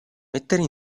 mettere